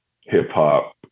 hip-hop